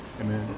Amen